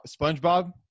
SpongeBob